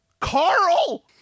Carl